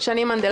נוצרו